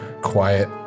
quiet